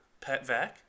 Petvac